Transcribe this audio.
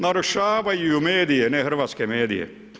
Narušavaju je medije, ne hrvatske medije.